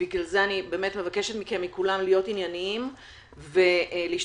ולכן אני מבקשת מכולם להיות ענייניים ולהשתדל